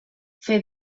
fer